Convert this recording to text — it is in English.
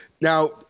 Now –